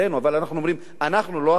אבל אנחנו אומרים: אנחנו לא אחראים.